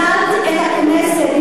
הוזלת את הכנסת.